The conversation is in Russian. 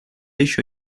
еще